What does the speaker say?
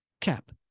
Cap